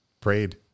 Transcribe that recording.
prayed